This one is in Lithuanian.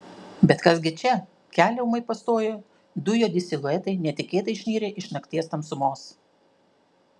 bet kas gi čia kelią ūmai pastojo du juodi siluetai netikėtai išnirę iš nakties tamsumos